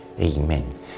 Amen